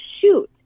shoot